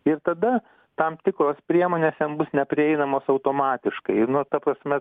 ir tada tam tikros priemonės jam bus neprieinamos automatiškai nu ta prasme